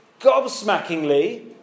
gobsmackingly